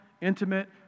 intimate